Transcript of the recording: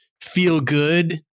feel-good